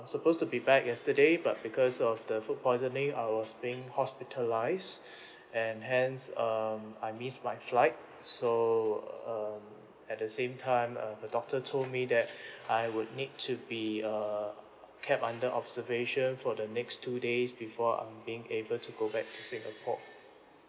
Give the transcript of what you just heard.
I'm supposed to be back yesterday but because of the food poisoning I was being hospitalised and hence um I missed my flight so um at the same time uh the doctor told me that I would need to be err kept under observation for the next two days before I'm being able to go back to singapore